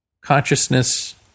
Consciousness